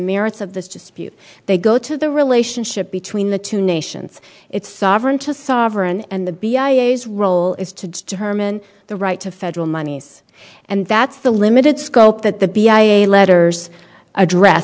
merits of this dispute they go to the relationship between the two nations it's sovereign to sovereign and the b i is role is to determine the right to federal monies and that's the limited scope that the b i e letters address